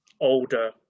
older